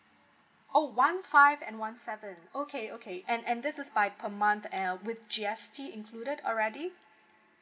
oh one five and one seven okay okay and and this is by per month err with G_S_T included already